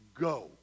Go